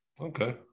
Okay